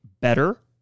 better